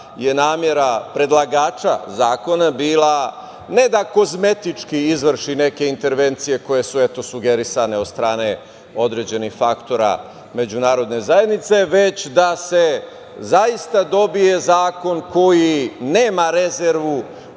je namera predlagača zakona bila ne da kozmetički izvrši neke intervencije koje su eto sugerisane od strane određenih faktora međunarodne zajednice, već da se zaista dobije zakon koji nema rezervu